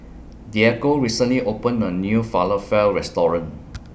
Diego recently opened A New Falafel Restaurant